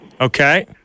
Okay